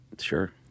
Sure